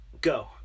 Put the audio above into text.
Go